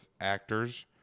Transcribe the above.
actors